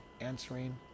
answering